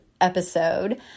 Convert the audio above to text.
episode